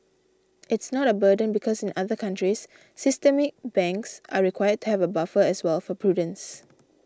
it's not a burden because in other countries systemic banks are required to have a buffer as well for prudence